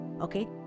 okay